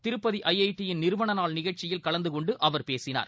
Tirupati I I T யின் நிறுவனநாள் நிகழ்ச்சியில் கலந்துகொண்டுஅவர் பேசினார்